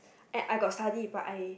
I I got study but I